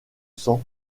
sang